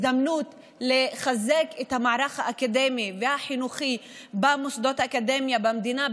הזדמנות לחזק את המערך האקדמי והחינוכי במוסדות האקדמיה במדינה,